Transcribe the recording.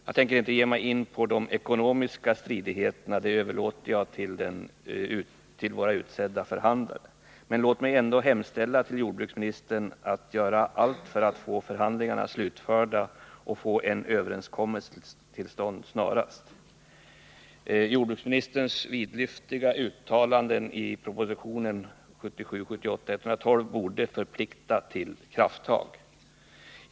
Jag tänker inte ge mig in på de ekonomiska stridigheterna — den frågan överlåter jag till våra utsedda förhandlare. Låt mig ändå hemställa att jordbruksministern gör allt för att få förhandlingarna slutförda och för att få en överenskommelse till stånd snarast. Jordbruksministerns vidlyftiga uttalanden i propositionen 1977/78:112 borde förplikta till krafttag.